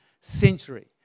century